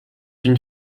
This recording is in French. une